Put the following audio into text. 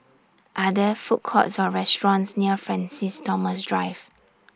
Are There Food Courts Or restaurants near Francis Thomas Drive